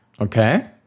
okay